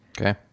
Okay